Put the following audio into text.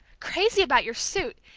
crazy about your suit!